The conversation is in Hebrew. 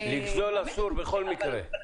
--- לגזול אסור בכל מקרה.